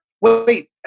Wait